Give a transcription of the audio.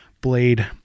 blade